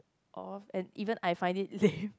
off and even I find it lame